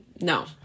No